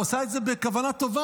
והוא עשה את זה בכוונה טובה,